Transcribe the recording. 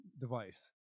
device